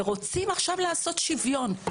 ופתאום רוצים לעשות שוויון;